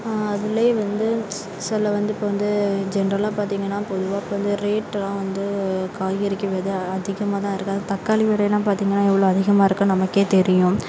அதிலேயே வந்து சில வந்து இப்போ வந்து ஜென்ட்ரலா பார்த்தீங்கன்னா பொதுவாக இப்போ வந்து ரேட்டெலாம் வந்து காய்கறிக்கு வெலை அதிகமாகதான் இருக்குது அதுவும் தக்காளி விலைலாம் பார்த்தீங்கன்னா எவ்வளோ அதிகமாக இருக்குதுன்னு நமக்கே தெரியும்